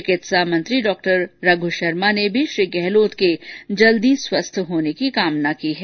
चिकित्सा मंत्री डॉ रघु शर्मा ने भी श्री गहलोत के जल्दी स्वस्थ होने की कामना की है